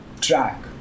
track